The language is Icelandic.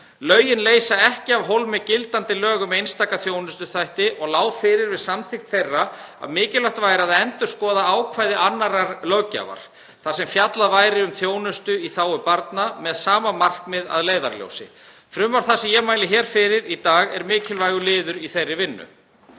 Lögin leysa ekki af hólmi gildandi lög um einstaka þjónustuþætti og lá fyrir við samþykkt þeirra að mikilvægt væri að endurskoða ákvæði annarrar löggjafar þar sem fjallað er um þjónustu í þágu barna með sama markmið að leiðarljósi. Frumvarp það sem ég mæli fyrir hér í dag er mikilvægur liður í þeirri vinnu.